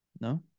No